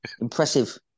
Impressive